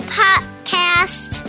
podcast